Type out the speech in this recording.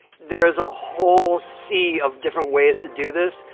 there's a whole sea of different ways to do this,